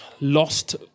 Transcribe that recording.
lost